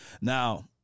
Now